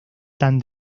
tan